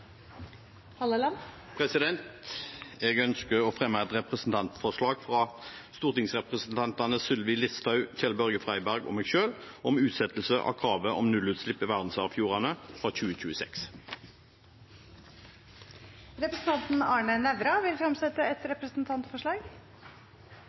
Halleland vil fremsette et representantforslag. Jeg ønsker å fremme et representantforslag fra stortingsrepresentantene Sylvi Listhaug, Kjell-Børge Freiberg og meg selv om utsettelse av kravet om nullutslipp i verdensarvfjordene fra